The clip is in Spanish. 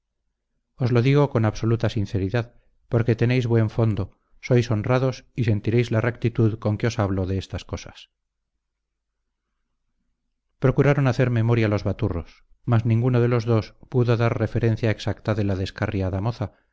os lo digo con absoluta sinceridad porque tenéis buen fondo sois honrados y sentiréis la rectitud con que os hablo de estas cosas procuraron hacer memoria los baturros mas ninguno de los dos pudo dar referencia exacta de la descarriada moza